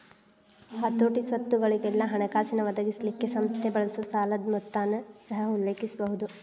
ಹತೋಟಿ, ಸ್ವತ್ತುಗೊಳಿಗೆಲ್ಲಾ ಹಣಕಾಸಿನ್ ಒದಗಿಸಲಿಕ್ಕೆ ಸಂಸ್ಥೆ ಬಳಸೊ ಸಾಲದ್ ಮೊತ್ತನ ಸಹ ಉಲ್ಲೇಖಿಸಬಹುದು